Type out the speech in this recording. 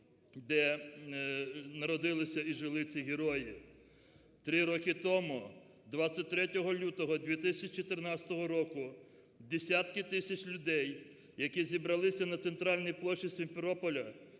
де народилися і жили ці герої. Три роки тому 23 лютого 2014 року десятки тисяч людей, які зібралися на центральній площі Сімферополя